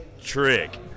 Trick